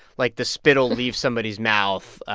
like, the spittle leave somebody's mouth.